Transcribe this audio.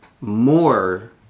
more